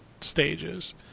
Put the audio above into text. stages